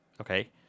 okay